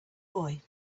boy